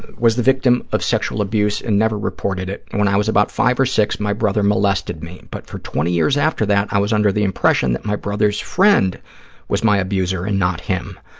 was the victim of sexual abuse and never reported it. when i was about five or six, my brother molested me, but for twenty years after that, i was under the impression that my brother's friend was my abuser and not him.